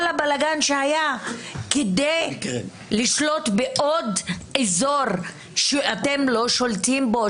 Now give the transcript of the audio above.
הבלגן שהיה כדי לשלוט בעוד אזור שאתם לא שולטים בו,